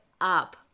up